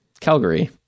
Calgary